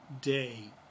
day